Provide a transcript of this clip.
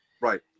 right